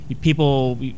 people